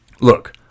look